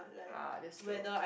ah that's true